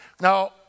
Now